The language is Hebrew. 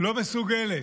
לא מסוגלת,